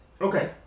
Okay